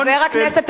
זו התנהלות בזויה.